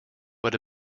but